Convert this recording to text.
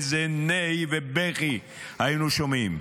איזה נהי ובכי היינו שומעים.